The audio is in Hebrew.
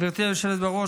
גברתי היושבת בראש,